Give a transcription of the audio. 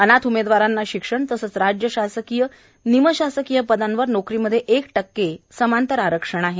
अनाथ उमेदवारांना शिक्षण तसेच राज्य शासकीय निमशासकीय पदांवर नोकरीमध्ये एक टक्के समांतर आरक्षण आहे